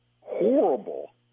horrible